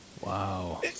Wow